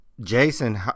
Jason